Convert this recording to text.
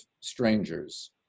strangers